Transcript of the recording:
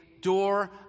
door